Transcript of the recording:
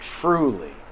truly